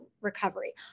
recovery